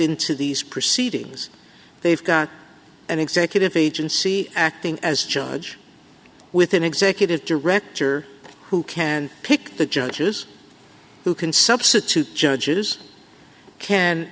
into these proceedings they've got an executive agency acting as judge with an executive director who can pick the judges who can substitute judges can